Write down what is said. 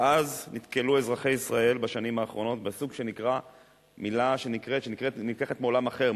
ואז נתקלו אזרחי ישראל בשנים האחרונות בסוג שנקרא מלה שנלקחת מעולם אחר,